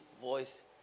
voice